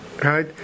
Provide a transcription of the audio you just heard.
Right